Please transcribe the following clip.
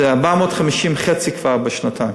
זה 450, חצי כבר בשנתיים.